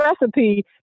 recipe